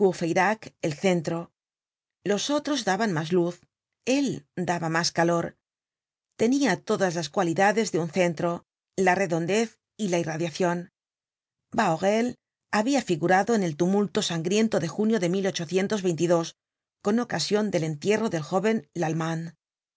courfeyrac el centro los otros daban mas luz él daba mas calor tenia todas las cualidades de un centro la redondez y la irradiacion bahorel habia figurado en el tumulto sangriento de junio de con ocasion del entierro del jóven